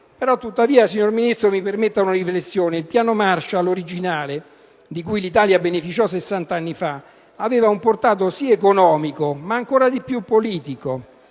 Tuttavia mi permetta una riflessione: il Piano Marshall originale, di cui l'Italia beneficiò 60 anni fa, aveva un portato sì economico ma ancora di più politico.